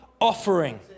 offering